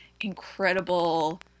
incredible